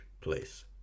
place